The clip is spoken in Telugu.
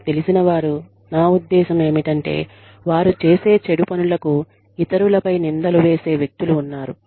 మీకు తెలిసిన వారు నా ఉద్దేశ్యం ఏమిటంటే వారు చేసే చెడు పనులకు ఇతరులపై నిందలు వేసే వ్యక్తులు ఉన్నారు